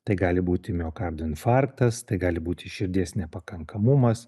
tai gali būti miokardo infarktas tai gali būti širdies nepakankamumas